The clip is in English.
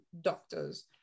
doctors